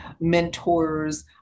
mentors